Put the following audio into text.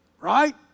right